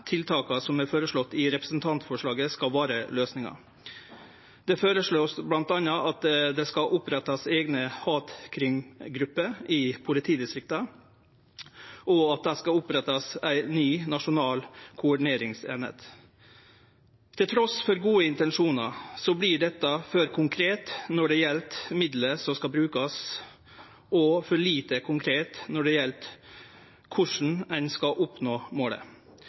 tiltaka som vert føreslegne i representantforslaget, er løysinga. Det vert bl.a. føreslått at det skal opprettast eigne hatkrimgrupper i politidistrikta, og at det skal opprettast ei ny, nasjonal koordineringseining. Trass i gode intensjonar vert dette for konkret når det gjeld middelet som skal brukast, og for lite konkret når det gjeld korleis ein skal oppnå målet.